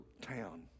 town